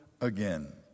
again